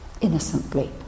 innocently